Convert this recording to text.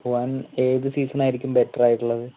പോവാൻ ഏതു സീസൺ ആയിരിക്കും ബെറ്റർ ആയിട്ടുള്ളത്